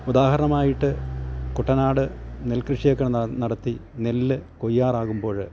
ഉദാഹരണമായിട്ട് കുട്ടനാട് നെൽകൃഷിയൊക്കെ നടത്തി നെല്ല് കൊയ്യാറാകുമ്പോഴ്